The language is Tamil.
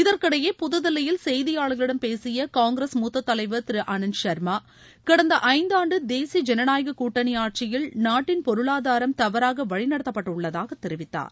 இதற்கிடையே புதுதில்லியில் செய்தியாளர்களிடம் பேசிய காங்கிரஸ் மூத்த தலைவர் திரு ஆனந்த் சர்மா கடந்த ஐந்தாண்டு தேசிய ஜனநாயகக் கூட்டணி ஆட்சியில் நாட்டின் பொருளாதாரம் தவறாக வழிநடத்தப்பட்டுள்ளதாக தெரிவித்தார்